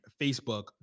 Facebook